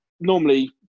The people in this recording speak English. normally